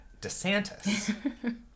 DeSantis